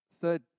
third